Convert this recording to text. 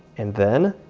and then